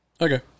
Okay